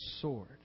sword